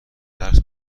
درس